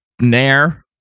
Nair